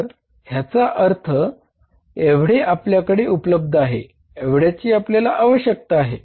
तर याचा अर्थ एवढे आपल्याकडे उपलब्ध आहे एवढ्याची आपल्याला आवश्यकता आहे